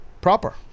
Proper